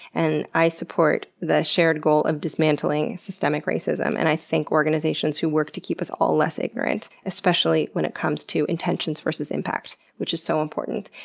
and i support the shared goal of dismantling systemic racism and i thank organizations who work to keep us all less ignorant, especially when it comes to intentions versus impact which is so important.